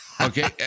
okay